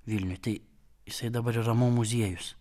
vilniuje tai jisai dabar yra mo muziejus